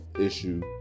Issue